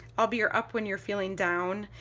i'll be your up when you're feeling down.